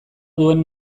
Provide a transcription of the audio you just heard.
duen